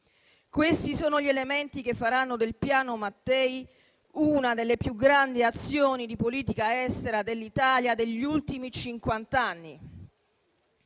Questi sono gli elementi che faranno del Piano Mattei una delle più grandi azioni di politica estera dell'Italia degli ultimi cinquanta